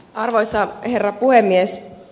arvoisa herra puhemies